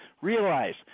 realize